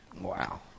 Wow